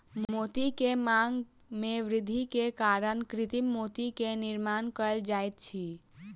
मोती के मांग में वृद्धि के कारण कृत्रिम मोती के निर्माण कयल जाइत अछि